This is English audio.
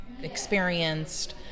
experienced